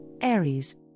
Aries